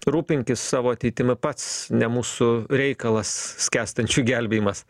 rūpinkis savo ateitimi pats ne mūsų reikalas skęstančių gelbėjimas